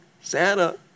Santa